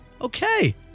Okay